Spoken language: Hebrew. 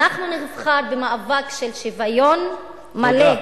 אנחנו נבחר במאבק של שוויון מלא.